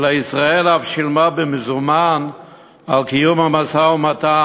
אלא ישראל אף שילמה במזומן על קיום המשא-ומתן